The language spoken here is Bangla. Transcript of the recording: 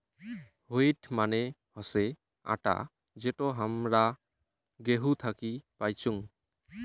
হুইট মানে হসে আটা যেটো হামরা গেহু থাকি পাইচুং